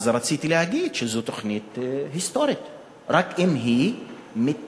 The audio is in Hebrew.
אז רציתי להגיד שזו תוכנית היסטורית רק אם היא מתבצעת,